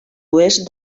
oest